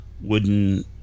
wooden